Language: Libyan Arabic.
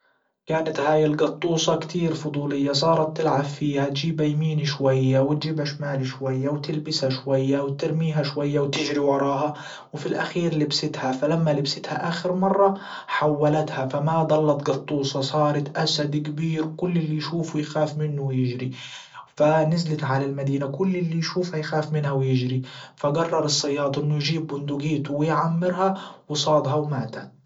كانت هاي الجطوصة كتير فضولية صارت تلعب فيها تجيبها يمين شوية وتجيبها شمال شوية وتلبسها شوية وترميها شوية وتجري وراها وفي الاخير لبستها فلما لبستها اخر مرة حولتها فما ضلت جطوصة صارت اسد كبير كل اللي يشوفه يخاف منه ويجري فا نزلت على المدينة كل اللي يشوفها يخاف منها ويجري. فجرر الصياد انه يجيب بندجيته ويعمرها وصادها وماتت.